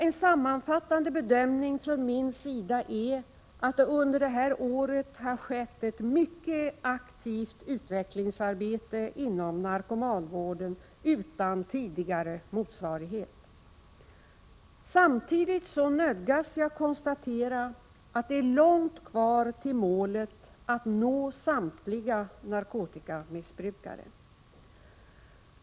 En sammanfattande bedömning från min sida är att det under det här året har skett ett mycket aktivt utvecklingsarbete inom narkomanvården utan tidigare motsvarighet. Samtidigt nödgas jag konstatera att det är långt kvar till målet att nå samtliga narkotikamissbrukare.